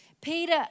Peter